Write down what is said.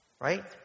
Right